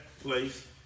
place